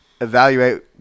evaluate